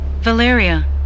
Valeria